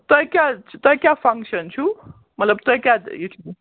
تُہۍ کیٛاہ تُہۍ کیٛاہ فنٛگشن چھُو مطلب تُہۍ کیٛاہ